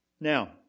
Now